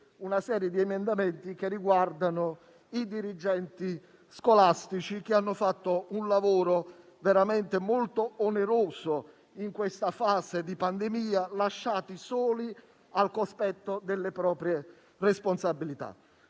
una serie di emendamenti che riguardano i dirigenti scolastici che hanno fatto un lavoro veramente molto oneroso in questa fase di pandemia e che sono stati lasciati soli al cospetto delle proprie responsabilità.